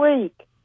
week